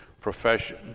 profession